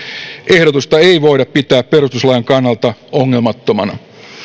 ehdotusta ei voida pitää perustuslain kannalta ongelmattomana